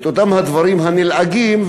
את אותם הדברים הנלעגים,